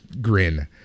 grin